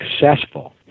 successful